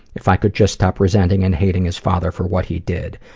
if i could just stop resenting and hating his father for what he did.